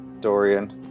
Dorian